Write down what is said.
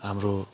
हाम्रो